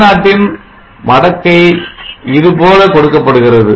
I0 இன் மடக்கை இதுபோல கொடுக்கப்படுகிறது